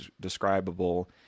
describable